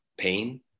pain